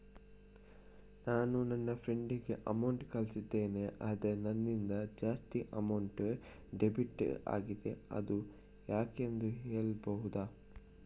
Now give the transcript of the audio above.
ನಾನು ನನ್ನ ಫ್ರೆಂಡ್ ಗೆ ಅಮೌಂಟ್ ಕಳ್ಸಿದ್ದೇನೆ ಆದ್ರೆ ನನ್ನಿಂದ ಜಾಸ್ತಿ ಅಮೌಂಟ್ ಡಿಡಕ್ಟ್ ಆಗಿದೆ ಅದು ಯಾಕೆಂದು ಹೇಳ್ಬಹುದಾ?